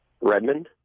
Redmond